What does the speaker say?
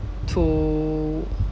to